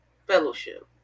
fellowship